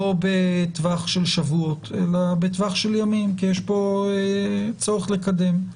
לא בטווח של שבועות אלא בטווח של ימים כי יש פה צורך לקדם.